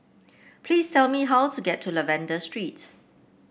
please tell me how to get to Lavender Street